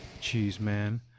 Cheeseman